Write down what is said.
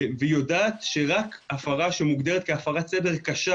והיא יודעת שרק הפרה שמוגדרת כהפרת סדר קשה